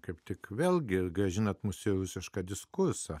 kaip tik vėlgi grąžinate muse rusišką diskursą